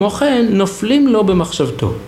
כמו כן, נופלים לא במחשבתו.